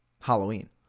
Halloween